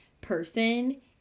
person